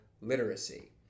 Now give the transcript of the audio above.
literacy